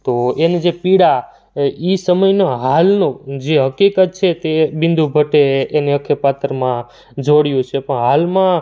તો એની જે પીડા એ સમયનો હાલનું જે હકીકત છે તે બિંદુ ભટ્ટે એને અખે પાત્રમાં જોડ્યું છે પણ હાલમાં